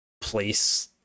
place